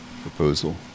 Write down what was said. proposal